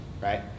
right